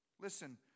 Listen